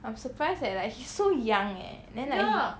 I'm surprised eh like he's so young eh then like he